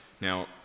Now